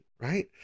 right